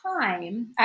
time